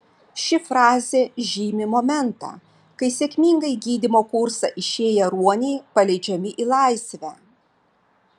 ši frazė žymi momentą kai sėkmingai gydymo kursą išėję ruoniai paleidžiami į laisvę